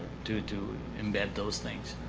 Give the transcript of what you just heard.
to to embed those things.